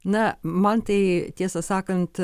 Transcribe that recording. na man tai tiesą sakant